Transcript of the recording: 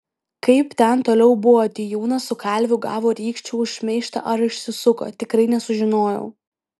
kaip ten toliau buvo tijūnas su kalviu gavo rykščių už šmeižtą ar išsisuko tikrai nesužinojau